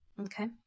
okay